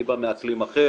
אני בא מאקלים אחר.